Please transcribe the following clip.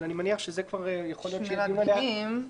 אבל אני מניח שיהיה דיון עליה --- שמירת דינים?